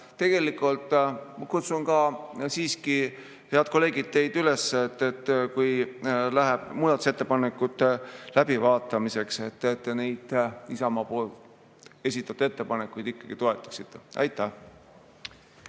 tegelikult ma kutsun siiski, head kolleegid, teid üles, et kui läheb muudatusettepanekute läbivaatamiseks, neid Isamaa esitatud ettepanekuid ikkagi toetama. Aitäh!